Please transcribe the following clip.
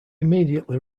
immediately